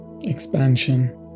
expansion